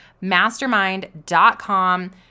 mastermind.com